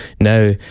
Now